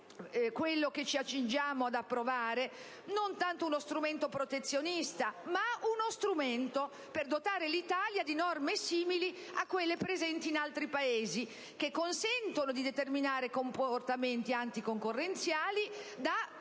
Quello che ci accingiamo ad approvare non è tanto uno strumento protezionista: è un mezzo per dotare l'Italia di norme simili a quelle presenti in altri Paesi, che consentono di determinare comportamenti anticoncorrenziali, da poteri